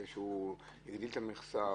שמישהו הגדיל את המכסה,